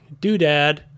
doodad